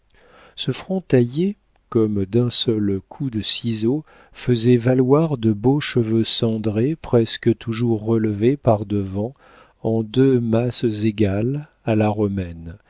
ce front taillé comme d'un seul coup de ciseau faisait valoir de beaux cheveux cendrés presque toujours relevés par-devant en deux masses égales à la romaine